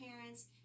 parents